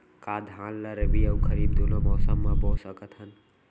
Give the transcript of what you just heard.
का धान ला रबि अऊ खरीफ दूनो मौसम मा बो सकत हन?